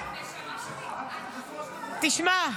תשמע.